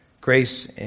Grace